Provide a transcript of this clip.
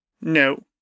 No